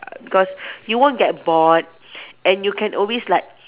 because you won't get bored and you can always like